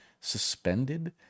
suspended